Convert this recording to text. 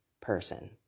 person